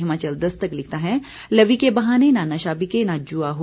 हिमाचल दस्तक लिखता है लवी के बहाने न नशा बिके न जूआ हो